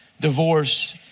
divorce